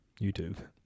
YouTube